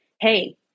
hey